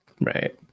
Right